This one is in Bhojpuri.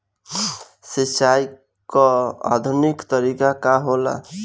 सिंचाई क आधुनिक तरीका का ह?